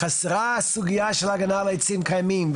חסרה הסוגיה של הגנה על עצים קיימים,